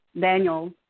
Daniel